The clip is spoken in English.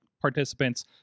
participants